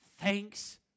Thanks